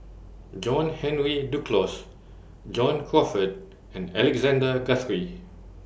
John Henry Duclos John Crawfurd and Alexander Guthrie